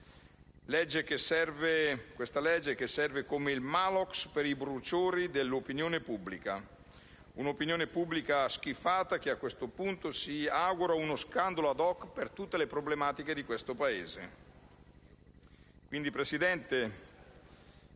legge che servirà come il Maalox per i bruciori dell'opinione pubblica: un'opinione pubblica schifata che a questo punto si augura uno scandalo *ad hoc* per tutte le problematiche di questo Paese. Signor Presidente,